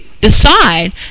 decide